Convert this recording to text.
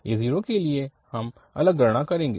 a0 के लिएहम अलग गणना करेंगे